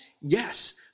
yes